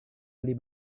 beli